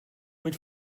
mit